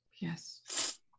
Yes